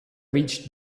reached